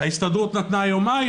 ההסתדרות נתנה יומיים